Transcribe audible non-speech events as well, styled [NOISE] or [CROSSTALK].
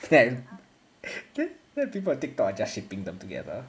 then [LAUGHS] people on TikTok are just shipping them together